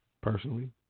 personally